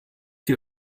die